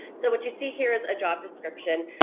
so what you see here is a job description,